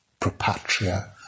propatria